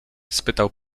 spytał